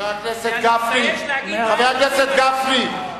חבר הכנסת גפני.